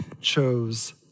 chose